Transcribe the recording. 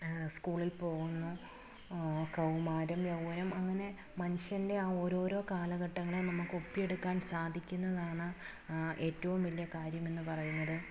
സ്കൂളിൽ പോകുന്നു കൗമാരം യൗവനം അങ്ങനെ മനുഷ്യൻ്റെ ആ ഓരോരോ കാലഘട്ടങ്ങളും നമുക്കൊപ്പിയെടുക്കാൻ സാധിക്കുന്നതാണ് ഏറ്റവും വലിയ കാര്യമെന്ന് പറയുന്നത്